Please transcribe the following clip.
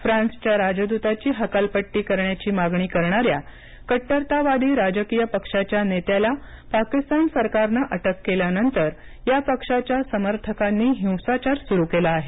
फ्रान्सच्या राजदूताची हकालपट्टी करण्याची मागणी करणाऱ्या कट्टरतावादी राजकीय पक्षाच्या नेत्याला पाकिस्तान सरकारनं अटक केल्यानंतर या पक्षाच्या समर्थकांनी हिंसाचार सुरू केला आहे